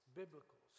biblical